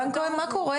רן כהן, מה קורה?